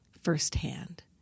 firsthand